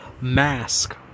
mask